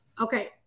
Okay